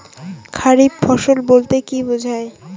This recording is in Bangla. খারিফ ফসল বলতে কী বোঝায়?